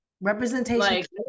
Representation